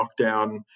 lockdown